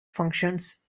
functions